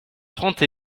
trente